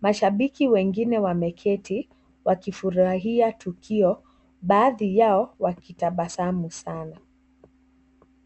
Mashabiki wengine wameketi, wakifurahia tukio, baadhi yao wakitabasamu sana.